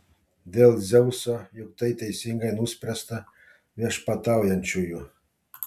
dėl dzeuso juk tai teisingai nuspręsta viešpataujančiųjų